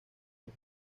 los